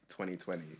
2020